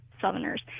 Southerners